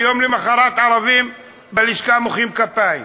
ויום למחרת "הערבים בלשכה מוחאים כפיים";